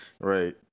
Right